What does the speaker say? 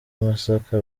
masaka